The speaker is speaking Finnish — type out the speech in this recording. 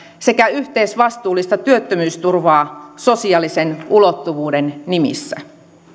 sekä yhteisvastuullista työttömyysturvaa sosiaalisen ulottuvuuden nimissä